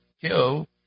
kill